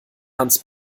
hans